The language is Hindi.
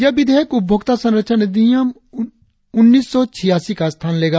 यह विधेयक उपभोक्ता संरक्षण अधिनियम उन्नीस सौ छियासी का स्थान लेगा